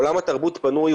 עולם התרבות בנוי,